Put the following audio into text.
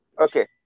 Okay